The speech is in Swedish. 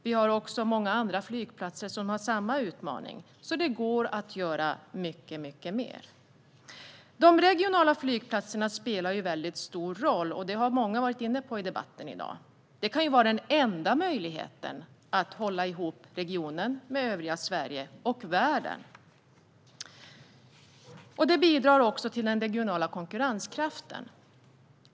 Vi har också många andra flygplatser som står inför samma utmaning. Det går alltså att göra mycket mer. De regionala flygplatserna spelar mycket stor roll, och det har många varit inne på i debatten. De kan vara den enda möjligheten att koppla ihop regionen med övriga Sverige och världen. De bidrar också till den regionala konkurrenskraften.